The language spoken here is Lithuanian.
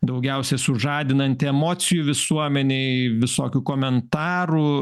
daugiausiai sužadinanti emocijų visuomenėje visokių komentarų